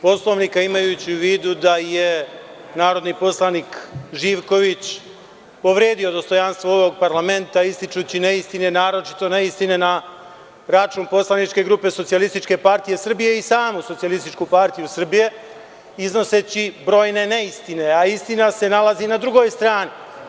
Poslovnika, imajući u vidu da je narodni poslanik Živković povredio dostojanstvo ovog parlamenta ističući neistine, naročito neistine na račun poslaničke grupe SPS i samu Socijalističku partiju Srbije iznoseći brojne neistine, a istina se nalazi na drugoj strani.